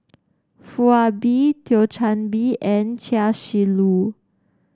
Foo Ah Bee Thio Chan Bee and Chia Shi Lu